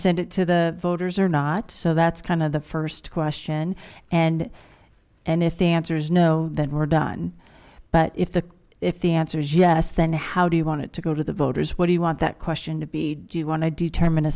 send it to the voters or not so that's kind of the first question and and if the answer is no then we're done but if the if the answer is yes then how do you want it to go to the voters what do you want that question to be do you want to determine